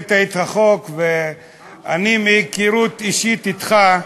הקראת את החוק, ואני מהיכרות אישית אתך,